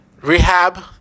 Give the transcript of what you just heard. Rehab